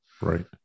right